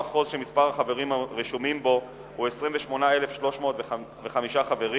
מחוז שמספר החברים הרשומים בו הוא 28,305 חברים,